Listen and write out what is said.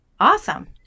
Awesome